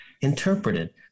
interpreted